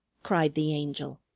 cried the angel.